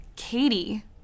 Katie